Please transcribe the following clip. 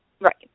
Right